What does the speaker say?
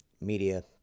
media